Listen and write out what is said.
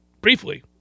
briefly